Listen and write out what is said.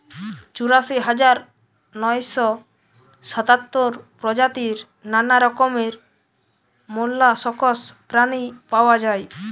চুরাশি হাজার নয়শ সাতাত্তর প্রজাতির নানা রকমের মোল্লাসকস প্রাণী পাওয়া যায়